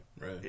right